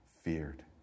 feared